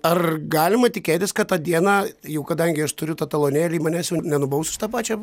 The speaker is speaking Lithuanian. ar galima tikėtis kad tą dieną jau kadangi aš turiu tą talonėlį manęs jau nenubaus už tą pačią